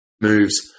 moves